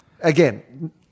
again